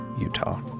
Utah